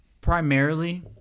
primarily